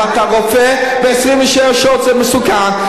אם אתה רופא, 26 שעות זה מסוכן.